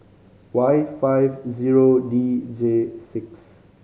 Y five zero D J six